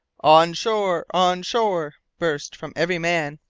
on shore! on shore! burst from every man,